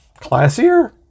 classier